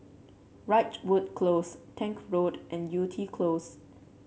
Ridgewood Close Tank Road and Yew Tee Close